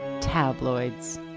Tabloids